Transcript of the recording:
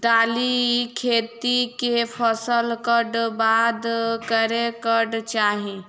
दालि खेती केँ फसल कऽ बाद करै कऽ चाहि?